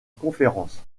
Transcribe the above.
conférence